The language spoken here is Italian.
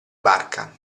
barca